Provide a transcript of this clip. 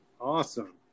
awesome